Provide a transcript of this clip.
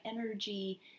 energy